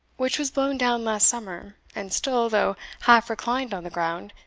which was blown down last summer, and still, though half reclined on the ground,